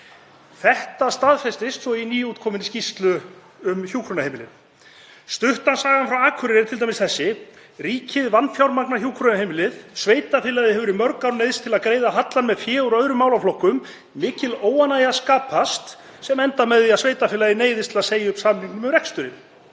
Þetta staðfestist svo í nýútkominni skýrslu um hjúkrunarheimilin. Stutta sagan frá Akureyri er þessi: Ríkið vanfjármagnar hjúkrunarheimilið, sveitarfélagið hefur í mörg ár neyðst til að greiða hallann með fé úr öðrum málaflokkum, mikil óánægja skapast sem endar með því að sveitarfélagið neyðist til að segja upp samningnum um reksturinn.